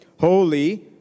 holy